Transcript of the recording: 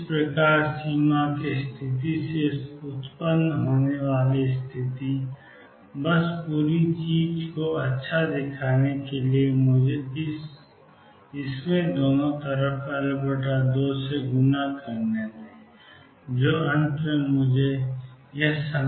इस प्रकार सीमा की स्थिति से उत्पन्न होने वाली स्थिति बस पूरी चीज़ को अच्छा दिखाने के लिए मुझे इसे दोनों तरफ L2 से गुणा करने दें βL2tan βL2 αL2